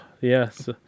yes